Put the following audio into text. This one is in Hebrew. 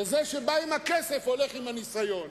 וזה שבא עם הכסף הולך עם הניסיון.